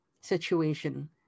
situation